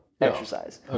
exercise